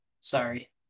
Sorry